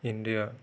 India